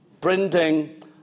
printing